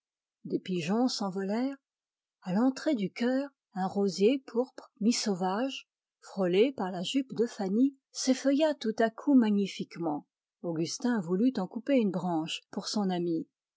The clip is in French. des pigeons s'envolèrent à l'entrée du chœur un rosier pourpre mi sauvage frôlé par la jupe de fanny s'effeuilla tout à coup magnifiquement augustin voulut en couper une branche pour son amie